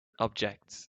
objects